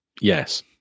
Yes